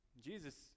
jesus